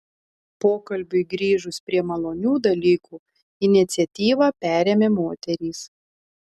pokalbiui grįžus prie malonių dalykų iniciatyvą perėmė moterys